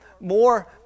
more